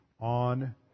on